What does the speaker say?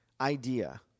idea